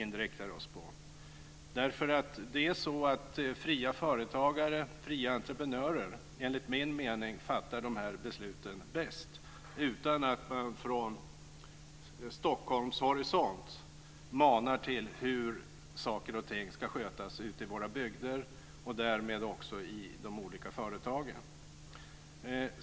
Fria företagare och fria entreprenörer fattar enligt min mening de här besluten bäst, utan att man från Stockholmshorisont talar om hur saker och ting ska skötas ute i våra bygder och därmed också i de olika företagen.